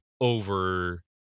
over